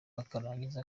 bakarangiza